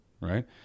right